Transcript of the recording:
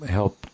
help